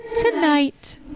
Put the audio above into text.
tonight